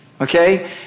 Okay